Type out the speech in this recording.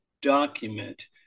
document